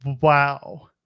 Wow